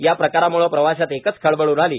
या प्रकारामुळं प्रवाशांत एकच खळबळ उडाली